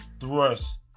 thrust